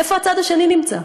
איפה הצד השני נמצא?